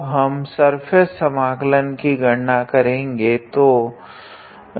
अब हम सर्फेस समाकलन की गणना करेगे